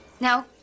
No